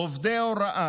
עובדי הוראה,